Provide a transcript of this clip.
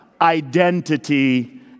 identity